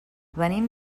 venim